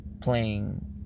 playing